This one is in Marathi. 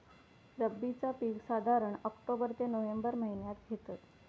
रब्बीचा पीक साधारण ऑक्टोबर ते नोव्हेंबर महिन्यात घेतत